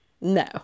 No